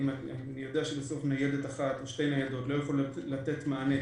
אני יודע שיש ניידת אחת או שתי ניידות לא יכולות לתת מענה